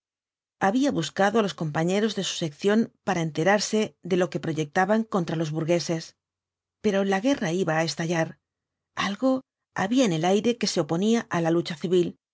había buscado á los compañeros de su sección para enterarse de lo que proyectaban contra los burgueses pero la guerra iba á estallar algo había en el aire que se oponía á la lucha civil